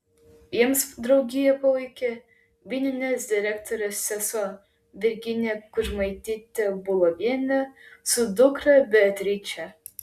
jiems draugiją palaikė vyninės direktorės sesuo virginija kudžmaitytė bulovienė su dukra beatriče